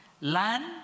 Land